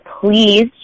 please